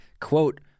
quote